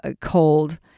cold